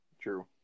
True